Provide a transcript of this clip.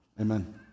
Amen